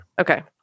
Okay